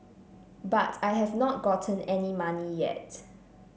but I have not gotten any money yet